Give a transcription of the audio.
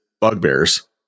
bugbears